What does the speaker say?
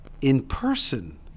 in-person